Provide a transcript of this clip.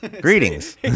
greetings